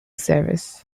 service